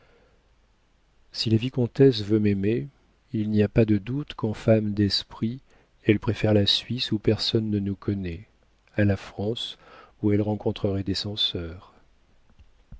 si la vicomtesse veut m'aimer il n'y a pas de doute qu'en femme d'esprit elle préfère la suisse où personne ne nous connaît à la france où elle rencontrerait des censeurs